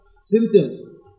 symptom